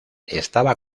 estaba